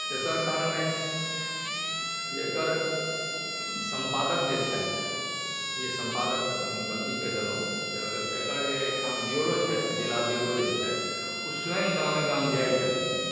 तेसर कारण अछि जे एकर सम्पादक जे छथि जे सम्पादक गलती कहि देलहुँ एकर जे अहिठाम ब्यूरो जे छथि जिला छथि ओ स्वयं गामे गाम जाइ छथि